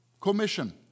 commission